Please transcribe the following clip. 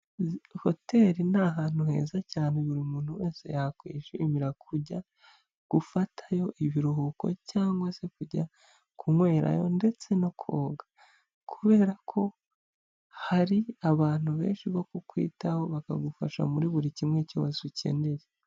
Hoteri ni ahantu heza cyane buri muntu wese yakwishimira kujya, gufatayo ibiruhuko cyangwa se kujya kunywerayo ndetse no koga. Kubera ko hari abantu benshi bo kukwitaho bakagufasha muri buri kimwe cyose ukeneye.